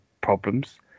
problems